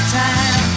time